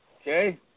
okay